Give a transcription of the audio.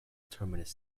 terminus